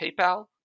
PayPal